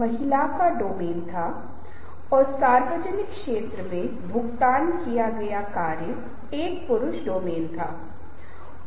इसलिए रवैयों में कुछ गुण होते हैं और यदि आप उन गुणों को देखते हैं तो हमारे लिए यह समझना आसान हो जाता है कि उन्हें कैसे हेरफेर किया जा सकता है